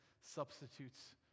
substitutes